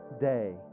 day